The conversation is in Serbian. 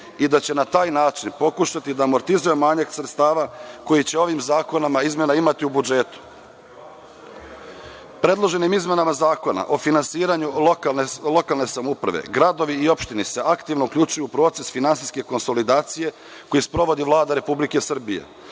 i da će na taj način pokušati da amortizuje manjak sredstava koji će ovim zakona izmena imati u budžetu. Predloženim izmenama Zakona o finansiranju lokalne samouprave gradovi i opštine se aktivno uključuju proces finansijske konsolidacije koji sprovodi Vlada Republike Srbije,